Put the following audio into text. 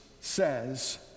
says